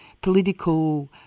political